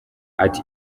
ati